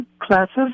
classes